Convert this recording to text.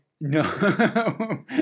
No